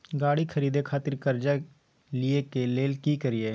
गाड़ी खरीदे खातिर कर्जा लिए के लेल की करिए?